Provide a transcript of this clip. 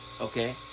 okay